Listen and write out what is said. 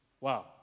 Wow